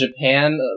Japan